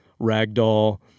Ragdoll